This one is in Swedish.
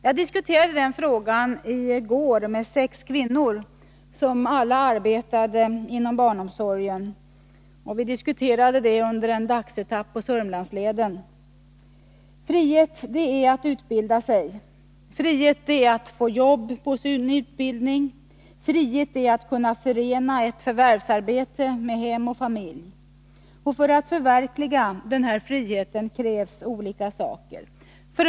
Jag tog upp den saken i går med sex kvinnor, som alla arbetade inom barnomsorgen. Vi diskuterade den under en dagsetapp på Sörmlandsleden. Frihet är att utbilda sig. Frihet är att få jobb efter sin utbildning. Frihet är att kunna förena ett förvärvsarbete med hem och familj. För att förverkliga denna frihet krävs olika saker.